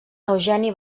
eugeni